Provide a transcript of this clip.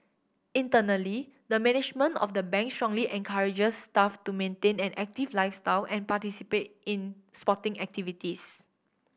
internally the management of the Bank strongly encourages staff to maintain an active lifestyle and participate in sporting activities